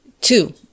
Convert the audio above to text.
Two